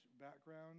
background